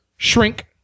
Shrink